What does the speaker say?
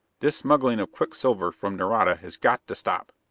this smuggling of quicksilver from nareda has got to stop.